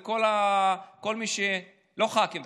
לא ח"כים,